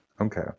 Okay